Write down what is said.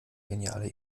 geniale